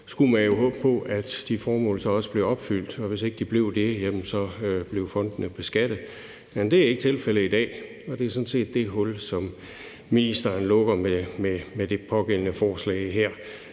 skulle man jo håbe på, at de formål så også bliver opfyldt, og at hvis de ikke blev det, blev fondene beskattet, men det er ikke tilfældet i dag, og det er sådan set det hul, som ministeren lukker. Med det pågældende forslag her